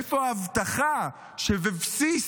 איפה ההבטחה שהיא בבסיס